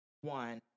one